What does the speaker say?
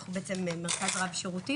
אנחנו מרכז רב-שירותי,